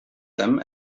them